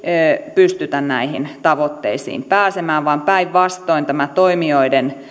pystytä näihin tavoitteisiin pääsemään vaan päinvastoin tämä toimijoiden